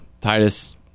Titus